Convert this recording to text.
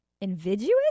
Invidious